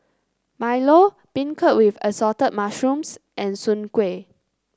Milo beancurd with Assorted Mushrooms and Soon Kuih